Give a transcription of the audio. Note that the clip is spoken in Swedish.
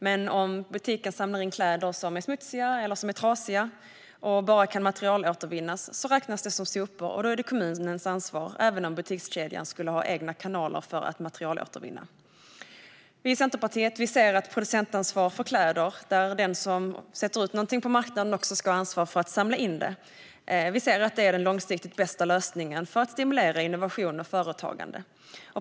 Men om butiken samlar in kläder som är smutsiga eller trasiga och bara kan materialåtervinnas räknas de som sopor, och då är det kommunens ansvar även om butikskedjan skulle ha egna kanaler för att materialåtervinna. Vi i Centerpartiet anser att producentansvar för kläder, där den som sätter ut något på marknaden också ska ha ansvar för att samla in det, är den långsiktigt bästa lösningen för att stimulera innovation och företagande.